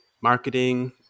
marketing